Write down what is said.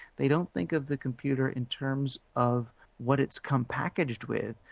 they don't think of the computer in terms of what it's come packaged with,